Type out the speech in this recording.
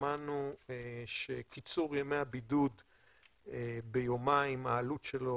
שמענו שקיצור ימי הבידוד ביומיים העלות המשקית המוערכת שלו